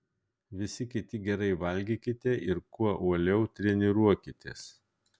visi kiti gerai valgykite ir kuo uoliau treniruokitės